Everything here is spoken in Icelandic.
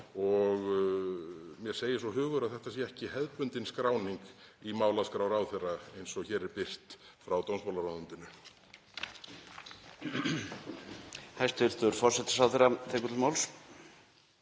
Mér segir svo hugur að þetta sé ekki hefðbundin skráning í málaskrá ráðherra eins og hér er birt frá dómsmálaráðuneytinu.